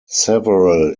several